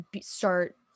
start